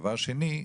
דבר שני,